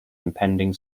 impending